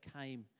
came